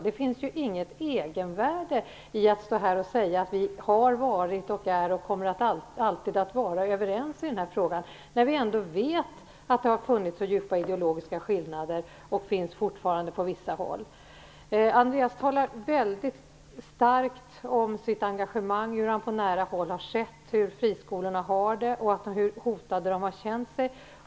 Det finns inget egenvärde i att säga att vi har varit, är och alltid kommer att vara överens i den här frågan, eftersom vi ändå vet att det har funnits och på vissa håll fortfarande finns djupa ideologiska skillnader. Andreas Carlgren talar väldigt starkt om sitt engagemang, om hur han på nära håll har sett hur friskolorna har det och hur hotade de har känt sig.